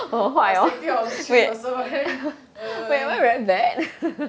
I was thinking of we three person but then err